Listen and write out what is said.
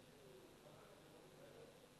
עד סיום המלחמה ב-1945.